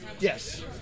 Yes